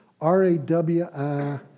R-A-W-I